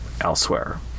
elsewhere